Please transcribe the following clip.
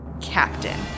Captain